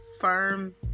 firm